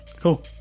cool